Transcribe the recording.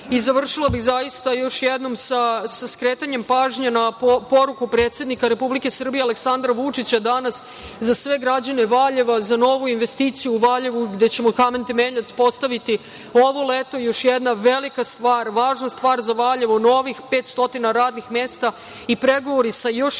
više. Završila bih zaista još jednom sa skretanjem pažnje na poruku predsednika Republike Srbije Aleksandra Vučića danas za sve građane Valjeva za novu investiciju u Valjevu, gde ćemo kamen temeljac postaviti ovo leto. Još jedna velika važna stvar za Valjevo, novih 500 radnih mesta i pregovori sa još jednim